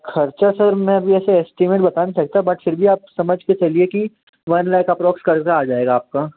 ख़र्चा सर मैं अभी ऐसे एस्टिमेट बता नहीं सकता बट फिर भी आप समझ के चलिए कि वन लैख अप्रॉक्स ख़र्च आ जाएगा आपका